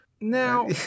Now